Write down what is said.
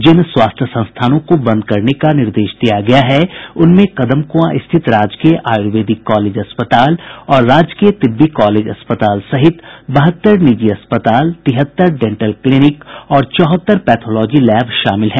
जिन स्वास्थ्य संस्थानों को बंद कराने का निर्देश दिया गया है उनमें कदमकुंआ स्थित राजकीय आयुर्वेदिक कॉलेज अस्पताल और राजकीय तिब्बी कॉलेज अस्पताल सहित बहत्तर निजी अस्पताल तिहत्तर डेंटल क्लीनिक और चौहत्तर पैथोलोजी लैब शामिल हैं